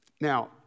Now